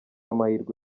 amahirwe